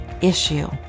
issue